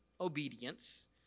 obedience